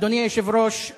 אדוני היושב-ראש,